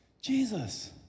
Jesus